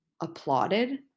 applauded